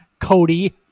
Cody